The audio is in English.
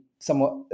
somewhat